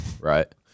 right